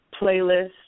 playlist